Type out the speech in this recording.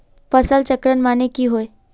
फसल चक्रण माने की होय?